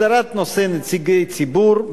הסדרת נושא נציגי ציבור,